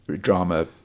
drama